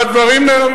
והדברים,